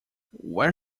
where